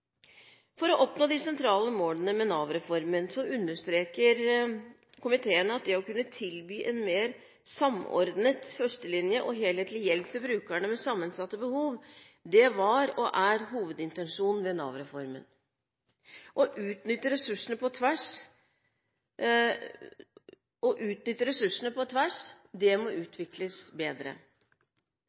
For å oppnå de sentrale målene med Nav-reformen understreker komiteen at det å kunne tilby en mer samordnet førstelinje og helhetlig hjelp til brukere med sammensatte behov, var og er hovedintensjonen med Nav-reformen. Det å utnytte ressursene på tvers må utvikles bedre. Partnerskapet mellom stat og